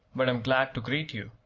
but am glad to greet you.